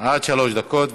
שלוש דקות,